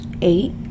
Eight